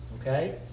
okay